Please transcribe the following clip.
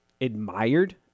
admired